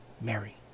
Mary